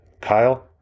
Kyle